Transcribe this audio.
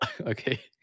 okay